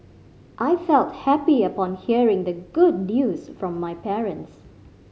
I felt happy upon hearing the good news from my parents